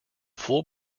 full